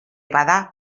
bada